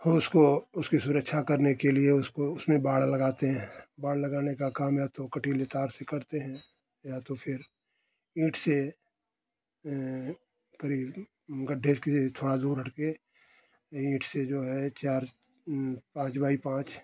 हम उसको उसकी सुरक्षा करने के लिए उसको उसमें बाण लगाते हैं बाण लगाने का काम या तो कटीले तार से करते हैं या तो फिर ईट से करीब गड्ढे के थोड़ा दूर हट के यही ईट से जो है चार पाँच बाई पाँच